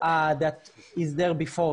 under it and left their toilet paper.